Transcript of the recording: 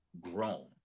grown